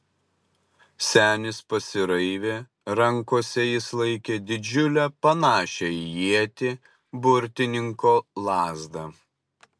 senis pasiraivė rankose jis laikė didžiulę panašią į ietį burtininko lazdą